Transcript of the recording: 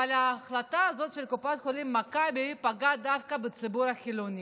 אבל ההחלטה הזאת של קופת החולים מכבי פגעה דווקא בציבור החילוני,